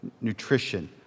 nutrition